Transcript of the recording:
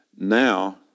now